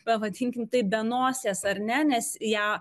pavadinkime tai be nosies ar ne nes ją